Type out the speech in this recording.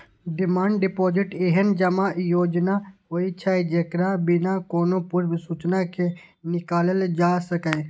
demand deposit एहन जमा योजना होइ छै, जेकरा बिना कोनो पूर्व सूचना के निकालल जा सकैए